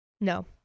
No